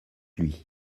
lui